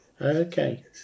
Okay